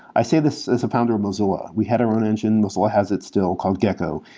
i say this as a founder of mozilla. we had our own engine. mozilla has it still, called gecko.